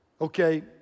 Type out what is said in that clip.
Okay